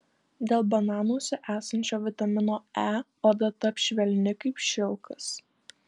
dėl bananuose esančio vitamino e oda taps švelni kaip šilkas